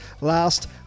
last